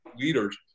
leaders